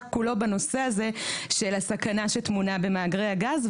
כולו בנושא הזה של הסכנה שטמונה במאגרי הגז,